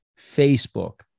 Facebook